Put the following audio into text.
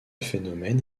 phénomène